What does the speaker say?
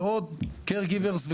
אם נוסיף Caregivers,